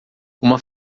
uma